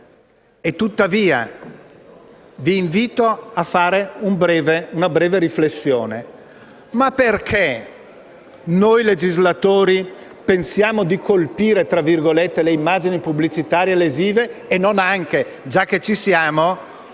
Tuttavia, vi invito a fare una breve riflessione: perché noi legislatori pensiamo di colpire le immagini pubblicitarie lesive e non anche - giacché ci siamo